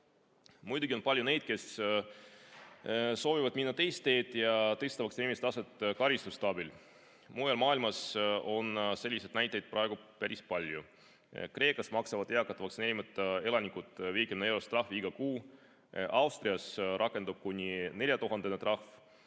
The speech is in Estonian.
on palju neid, kes soovivad minna teist teed ja tõsta vaktsineerimise taset karistuste abil. Mujal maailmas on selliseid näiteid praegu päris palju. Kreekas maksavad eakad vaktsineerimata elanikud 50‑eurost trahvi iga kuu, Austrias rakendub kuni 4000‑eurone